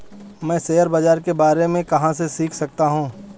मैं शेयर बाज़ार के बारे में कहाँ से सीख सकता हूँ?